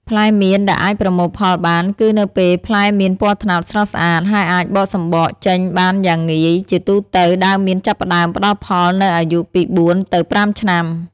ផ្លែមៀនដែលអាចប្រមូលផលបាន គឺនៅពេលផ្លែមានពណ៌ត្នោតស្រស់ស្អាត ហើយអាចបកសំបកចេញបានយ៉ាងងាយ ជាទូទៅ ដើមមៀនចាប់ផ្តើមផ្តល់ផលនៅអាយុពី ៤ ទៅ ៥ ឆ្នាំ។